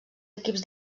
equips